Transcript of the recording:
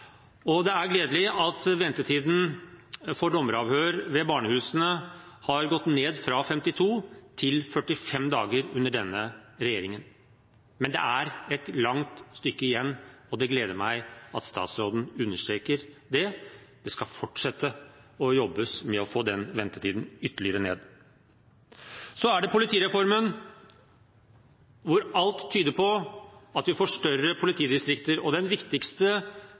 Det er gledelig at ventetiden for dommeravhør ved barnehusene har gått ned fra 52 til 45 dager under denne regjeringen. Men det er et langt stykke igjen, og det gleder meg at statsråden understreker at det fortsatt skal jobbes med å få den ventetiden ytterligere ned. Så er det politireformen, hvor alt tyder på at vi får større politidistrikter, og det viktigste